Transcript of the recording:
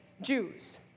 Jews